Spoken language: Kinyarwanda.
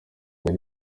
ari